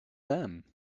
them